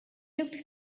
looked